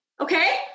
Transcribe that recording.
okay